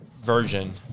version